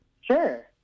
sure